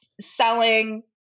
selling